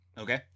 Okay